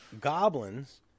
goblins